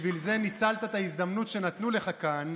בשביל זה ניצלת את ההזדמנות שנתנו לך כאן